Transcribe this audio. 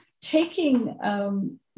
taking